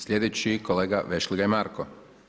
Sljedeći kolega Vešligaj Marko.